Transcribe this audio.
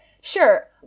sure